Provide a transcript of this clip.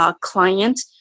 client